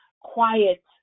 quiet